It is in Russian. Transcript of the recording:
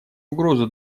угрозу